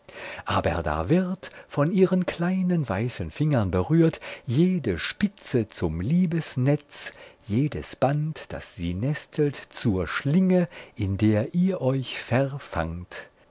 aber da wird von ihren kleinen weißen fingern berührt jede spitze zum liebesnetz jedes band das sie nestelt zur schlinge in der ihr euch